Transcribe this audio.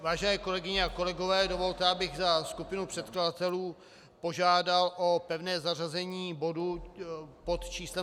Vážené kolegyně a kolegové, dovolte, abych za skupinu předkladatelů požádal o pevné zařazení bodu pod číslem 158.